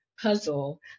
puzzle